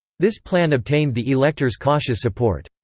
this plan obtained the elector's cautious support.